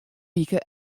wike